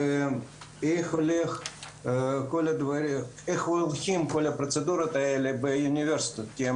ואיך הולכים כל הפרוצדורות האלה באוניברסיטה.